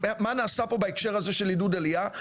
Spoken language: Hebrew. מה נעשה פה בהקשר הזה של עידוד עלייה,